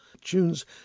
tunes